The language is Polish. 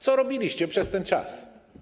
Co robiliście przez ten czas?